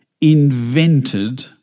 Invented